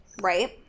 Right